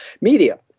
media